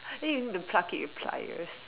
then you need to pluck it with pliers